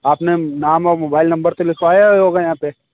आपने नाम और मोबाइल नंबर तो लिखवाया ही होगा यहाँ पर